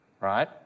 Right